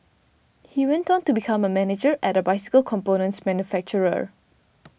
he went on to become a manager at a bicycle components manufacturer